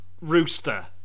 rooster